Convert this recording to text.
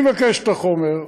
אבקש את החומר,